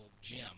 gym